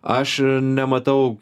aš nematau